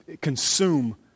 consume